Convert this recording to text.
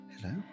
Hello